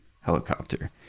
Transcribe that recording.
helicopter